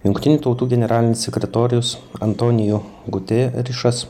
jungtinių tautų generalinis sekretorius antoniju gutie rešas